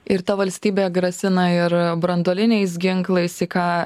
ir ta valstybė grasina ir branduoliniais ginklais į ką